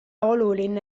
oluline